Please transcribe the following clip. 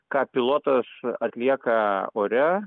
ką pilotas atlieka ore